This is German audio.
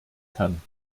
kann